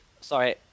Sorry